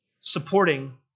supporting